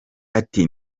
ati